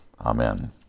Amen